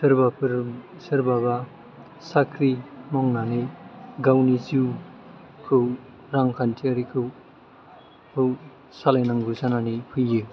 सोरबाफोर सोरबा बा साख्रि मावनानै गावनि जिउखौ रांखान्थियारिखौ सालायनांगौ जानानै फैयो